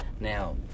now